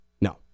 No